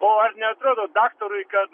o ar neatrodo daktarui kad